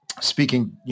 speaking